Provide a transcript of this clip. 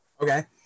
Okay